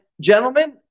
gentlemen